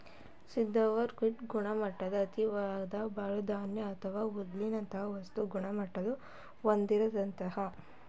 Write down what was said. ಸಿದ್ಧವಾದ್ ಫೀಡ್ನ ಗುಣಮಟ್ಟ ಅಂತಿಮ್ವಾಗಿ ಬಳ್ಸಿದ ಧಾನ್ಯ ಅಥವಾ ಹುಲ್ಲಿನಂತ ವಸ್ತುಗಳ ಗುಣಮಟ್ಟ ಹೊಂದಿರ್ತದೆ